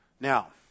Now